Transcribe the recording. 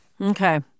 Okay